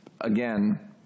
Again